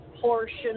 portion